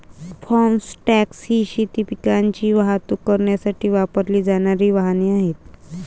form truck ही शेती पिकांची वाहतूक करण्यासाठी वापरली जाणारी वाहने आहेत